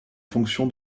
fonction